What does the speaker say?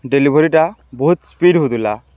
ଡେଲିଭରିଟା ବହୁତ୍ ସ୍ପିଡ଼୍ ହଉଥିଲା